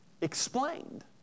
explained